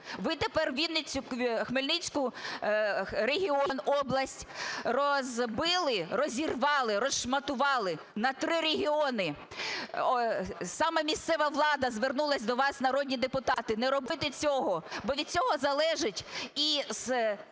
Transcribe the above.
Відтепер Хмельницький регіон, область, розбили, розірвали, розшматували на три регіони. Саме місцева влада звернулася до вас, народні депутати, не робити цього, бо від цього залежить, в